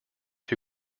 who